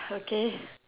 okay